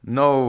no